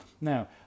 Now